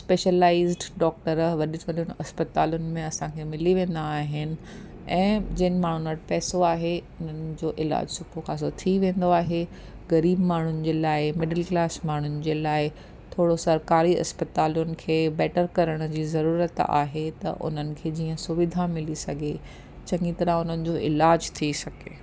specialised doctor वॾे से वॾो हस्पतालुनि में असांखे मिली वेंदा आहिनि ऐं जिन माण्हुनि वटि पैसो आहे उन्हनि जो इलाजु सुठो ख़ासो थी वेंदो आहे ग़रीब माण्हुनि जे लाइ मिडल क्लास माण्हुनि जे लाइ थोरो सरकारी इस्पतालुनि खे बैटर करण जी ज़रुरत आहे त उन्हनि खे जीअं सुविधा मिली सघे चङी तरह उन्हनि जो इलाजु थी सघे